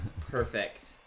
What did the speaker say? perfect